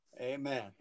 amen